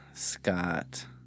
Scott